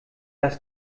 das